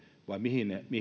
vai mihin